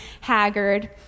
haggard